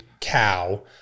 cow